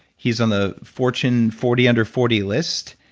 he's on the fortune forty under forty list,